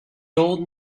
old